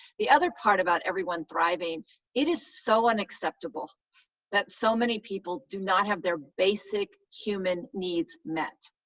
the other part about everyone thriving it is so unacceptable that so many people do not have their basic human needs met,